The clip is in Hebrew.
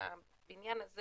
כשהבניין הזה